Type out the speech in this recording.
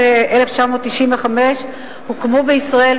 באזור התעשייה של באר-טוביה,